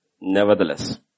Nevertheless